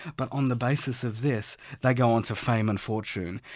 but on the basis of this they go on to fame and fortune,